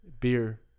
beer